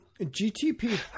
GTP